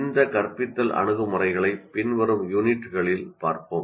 இந்த கற்பித்தல் அணுகுமுறைகளை பின்வரும் யூனிட்களில் பார்ப்போம்